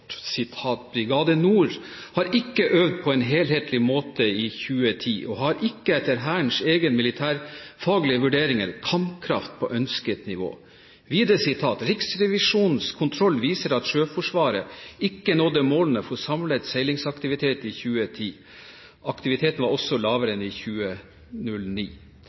«Brigade Nord har ikke øvd på en helhetlig måte i 2010, og har ikke – etter Hærens egne militærfaglige vurderinger – kampkraft på ønsket nivå.» Videre: «Riksrevisjonens kontroll viser at Sjøforsvaret ikke nådde målene for samlet seilingsaktivitet i 2010. Aktiviteten var også lavere enn i 2009.